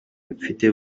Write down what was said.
mfite